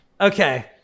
Okay